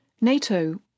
NATO